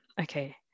okay